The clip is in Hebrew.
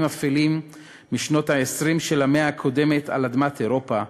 אפלים משנות ה-20 של המאה הקודמת על אדמת אירופה,